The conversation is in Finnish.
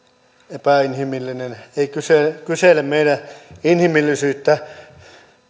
epäinhimillinen ei kysele meidän inhimillisyyttä